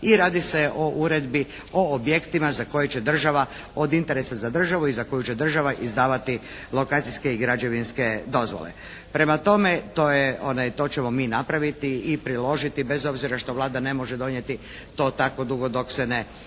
I radi se o Uredbi o objektima za koje će država, od interesa za državu i za koju će država izdavati lokacijske i građevinske dozvole. Prema tome, to ćemo mi napraviti i priložiti bez obzira što Vlada ne može donijeti to tako dugo dok se ne